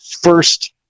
first